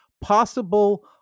possible